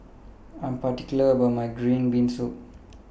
I Am particular about My Green Bean Soup